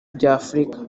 by’afurika